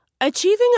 achieving